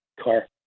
car